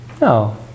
No